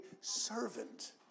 servant